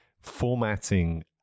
formatting